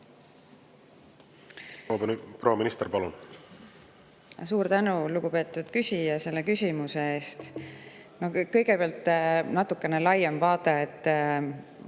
Proua minister, palun! Suur tänu, lugupeetud küsija, selle küsimuse eest! Kõigepealt natukene laiem vaade.